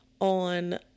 on